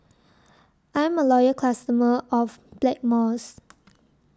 I'm A Loyal customer of Blackmores